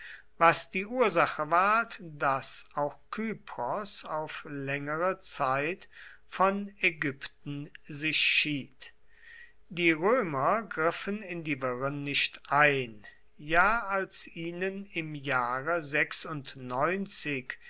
was die ursache ward daß auch kypros auf längere zeit von ägypten sich schied die römer griffen in die wirren nicht ein ja als ihnen im jahre